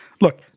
Look